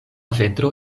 ventro